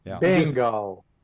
Bingo